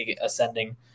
ascending